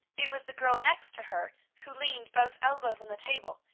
it was the girl next to her who leaned both elbows on the table,